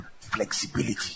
flexibility